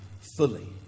fully